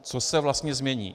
Co se vlastně změní?